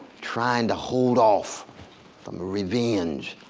trying to hold off um ah revenge,